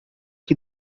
que